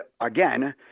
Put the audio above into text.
again